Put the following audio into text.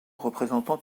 représentant